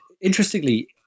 Interestingly